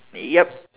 yup